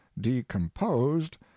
decomposed